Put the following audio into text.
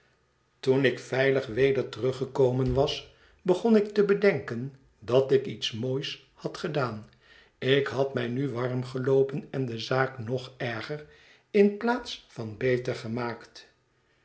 toen ik veilig weder teruggekomen was begon ik te bedenken dat ik iets moois had gedaan ik had mij nu warm geloopen en de zaak nog erger in plaats van beter gemaakt